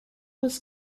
was